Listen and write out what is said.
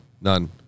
None